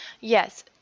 Yes